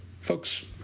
Folks